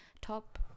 top